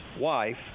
wife